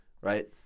right